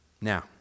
Now